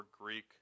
Greek